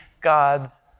God's